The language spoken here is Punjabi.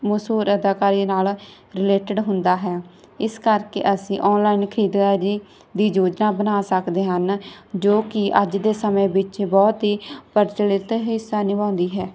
ਮਸ਼ਹੂਰ ਅਦਾਕਾਰੀ ਨਾਲ ਰਿਲੇਟਡ ਹੁੰਦਾ ਹੈ ਇਸ ਕਰਕੇ ਅਸੀਂ ਆਨਲਾਈਨ ਖਰੀਦਦਾਰੀ ਦੀ ਯੋਜਨਾ ਬਣਾ ਸਕਦੇ ਹਨ ਜੋ ਕਿ ਅੱਜ ਦੇ ਸਮੇਂ ਵਿੱਚ ਬਹੁਤ ਹੀ ਪ੍ਰਚਲਿਤ ਹਿੱਸਾ ਨਿਭਾਉਂਦੀ ਹੈ